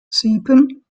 sieben